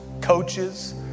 coaches